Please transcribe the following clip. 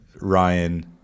Ryan